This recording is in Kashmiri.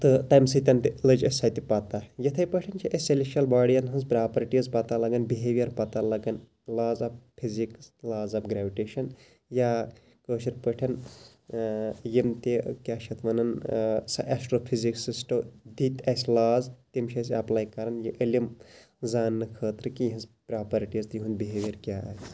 تہٕ تمہِ سۭتۍ تہِ لٔج اَسہِ سۄ تہِ پَتہ یِتھے پٲٹھۍ چھِ اَسہِ سیٚلِشَل باڈِیَن ہٕنٛز پراپَرٹیٖز پَتہ لَگان بِہیٚویر پَتہ لَگان laws of physics laws of gravitation یا کٲشِر پٲٹھۍ یِم تہِ کیاہ چھِ یتھ وَنان سۄ ایٚسٹرو فِزِسِسٹو دِتۍ اَسہِ لاز تِم چھِ اَسہِ ایٚپلاے کَرٕنۍ یہِ علم زاننہٕ خٲطرٕ کہِ یہنٛز پراپرٹیٖز تہٕ یہُنٛد بِہیویر کیاہ آسہِ